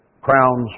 Crowns